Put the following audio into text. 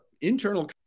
internal